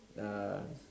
um